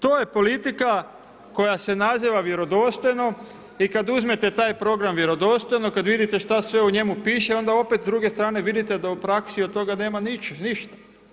To je politika koja se naziva vjerodostojno i kada uzmete taj program „Vjerodostojno“ kada vidite šta sve u njemu piše onda opet s druge strane vidite da u praksi od toga nema ništa.